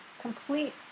complete